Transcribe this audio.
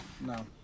No